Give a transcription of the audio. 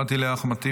באתי לאחמד טיבי,